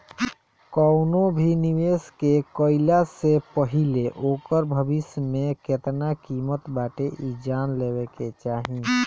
कवनो भी निवेश के कईला से पहिले ओकर भविष्य में केतना किमत बाटे इ जान लेवे के चाही